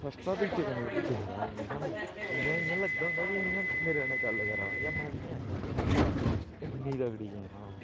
तरीके कन्नै दिखदा इ'यां सानूं इ'यां इ'यां लग्गा दा होंदा कि इ'यां मेरे कन्नै गल्ल करा दा जां में इ'यां इत्थै खोड़ते दा इन्नी तगड़ी गेम ऐ ओह्